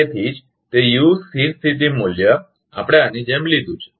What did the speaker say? તેથી જ તે uયુ સ્થિર સ્થિતીમૂલ્ય આપણે આની જેમ લીધું છે